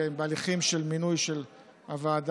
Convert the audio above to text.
היא בהליכים של מינוי של הוועדה,